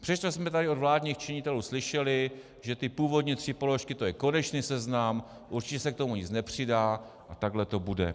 Přestože jsme tady od vládních činitelů slyšeli, že ty původní tři položky to je konečný seznam, určitě se k tomu nic nepřidá a takhle to bude.